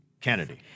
Kennedy